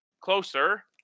closer